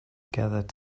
gathered